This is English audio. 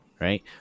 Right